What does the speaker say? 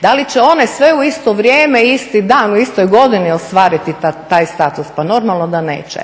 Da li će one sve u isto vrijeme, isti dan, u istoj godini ostvariti taj status, pa normalno da neće.